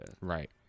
Right